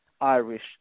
Irish